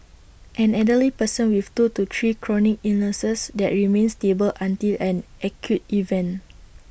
an elderly person with two to three chronic illnesses that remain stable until an acute event